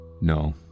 No